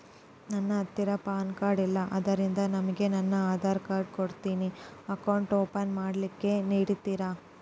ನನ್ನ ಹತ್ತಿರ PAN card ಇಲ್ಲ ಆದ್ದರಿಂದ ನಿಮಗೆ ನನ್ನ ಆಧಾರ್ ಕಾರ್ಡ್ ಕೊಡ್ತೇನಿ ಅಕೌಂಟ್ ಓಪನ್ ಮಾಡ್ಲಿಕ್ಕೆ ನಡಿತದಾ?